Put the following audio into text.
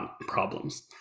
problems